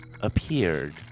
appeared